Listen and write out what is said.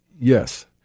Yes